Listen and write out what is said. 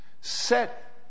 set